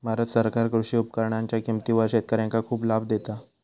भारत सरकार कृषी उपकरणांच्या किमतीवर शेतकऱ्यांका खूप लाभ देता